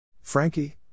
Frankie